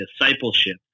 discipleship